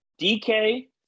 DK